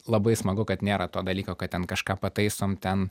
labai smagu kad nėra to dalyko kad ten kažką pataisom ten